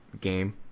game